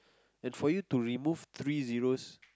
and for you to remove three zeroes